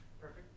Perfect